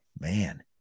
man